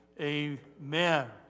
amen